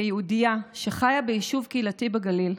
כיהודייה שחיה ביישוב קהילתי בגליל,